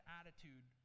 attitude